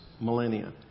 millennia